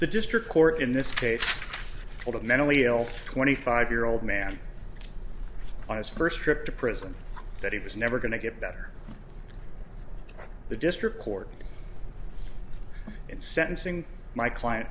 the district court in this case but a mentally ill twenty five year old man on his first trip to prison that he was never going to get better the district court in sentencing my client